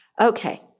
Okay